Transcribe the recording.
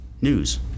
news